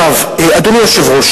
אדוני היושב-ראש,